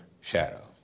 shadow